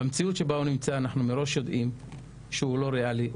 במציאות שבה הוא נמצא אנחנו מראש יודעים שהוא לא ריאלי,